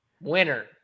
Winner